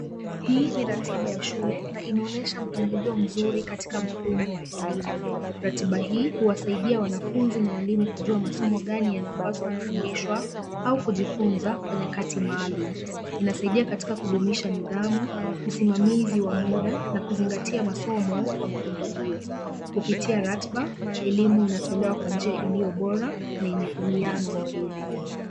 Hii ni ratiba ya shule na inaonyesha mpangilio mzuri katika mfumo wa elimu. Ratiba hii huwasaidia wanafunzi na walimu kujua masomo gani yanapaswa kufundishwa au kujifunza kwenye kati maalum. Inasaidia katika kudumisha nidhamu, usimamizi wa muda na kuzingatia masomo kwa mpangilio kupitia ratiba. Kupitia ratiba elimu inatolewa kwa njia iliyo bora na yenye uwiano nzuri.